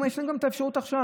ויש להם גם אפשרות עכשיו.